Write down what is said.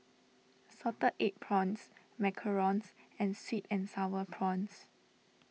Salted Egg Prawns Macarons and Sweet and Sour Prawns